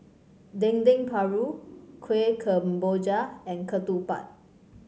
Dendeng Paru Kueh Kemboja and ketupat